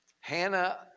Hannah